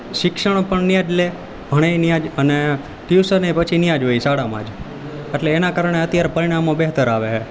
શિક્ષણ પણ ત્યાંજ લે ભણે ત્યાંજ અને ટ્યુશને પછી ત્યાંજ હોય શાળામાં જ એટલે એના કારણે પરિણામો બહેતર આવે છે